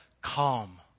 calm